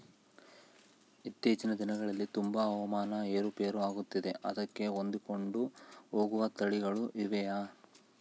ಇತ್ತೇಚಿನ ದಿನಗಳಲ್ಲಿ ತುಂಬಾ ಹವಾಮಾನ ಏರು ಪೇರು ಆಗುತ್ತಿದೆ ಅದಕ್ಕೆ ಹೊಂದಿಕೊಂಡು ಹೋಗುವ ತಳಿಗಳು ಇವೆಯಾ?